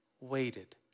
waited